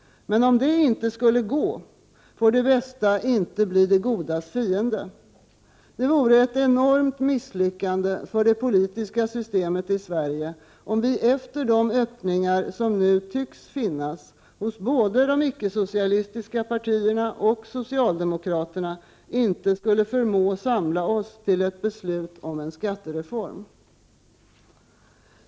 Men om det inte skulle gå, får det bästa inte bli det godas fiende. Det vore ett enormt misslyckande för det politiska systemet i Sverige, om vi efter de öppningar som nu tycks finnas hos både de icke-socialistiska partierna och socialdemokraterna inte skulle förmå samla oss till ett beslut om en skattereform.